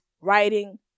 writing